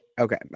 Okay